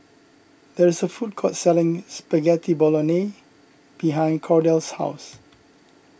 there is a food court selling Spaghetti Bolognese behind Kordell's house